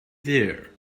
there